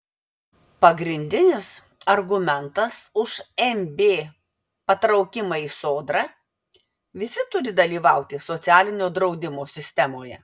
pagrindinis argumentas už mb patraukimą į sodrą visi turi dalyvauti socialinio draudimo sistemoje